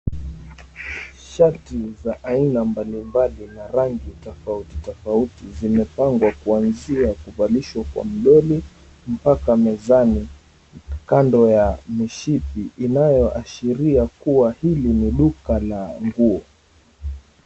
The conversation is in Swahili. Shati za aina mbalimbali na rangi tofauti tofauti, zimepangwa kuanzia kuvalishwa kwa mdoli mpaka mezani kando ya mshipi inayoashiria kuwa hili ni duka la nguo.